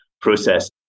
process